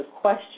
question